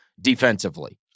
defensively